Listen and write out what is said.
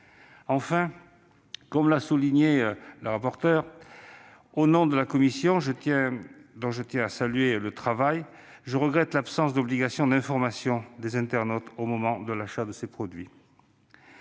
Enfin, à l'instar de Mme la rapporteure au nom de la commission, dont je tiens à saluer le travail, je regrette l'absence d'obligation d'information des internautes au moment de l'achat de ces produits.